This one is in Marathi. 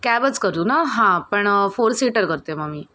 कॅबच करू ना हा पण फोर सीटर करते मग मी